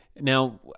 Now